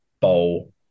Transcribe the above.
bowl